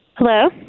Hello